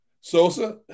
Sosa